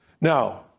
Now